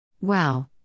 Wow